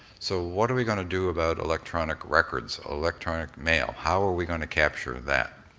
so what are we gonna do about electronic records, electronic mail, how are we gonna capture that?